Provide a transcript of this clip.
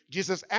Jesus